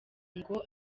ngo